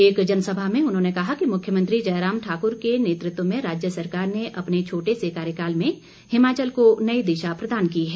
एक जनसभा में उन्होंने कहा कि मुख्यमंत्री जयराम ठाक्र के नेतृत्व में राज्य सरकार ने अपने छोटे से कार्यकाल में हिमाचल को नई दिशा प्रदान की है